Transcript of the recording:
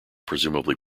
presumably